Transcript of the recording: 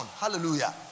Hallelujah